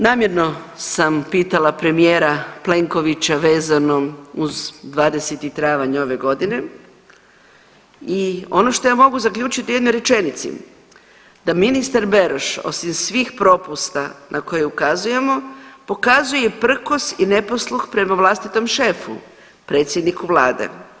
Namjerno sam pitala premijera Plenkovića vezanom uz 20. travanj ove godine i ono što ja mogu zaključiti u jednoj rečenici, da ministar Beroš, osim svih propusta na koje ukazujemo, pokazuje prkos i neposluh prema vlastitom šefu, predsjedniku Vlade.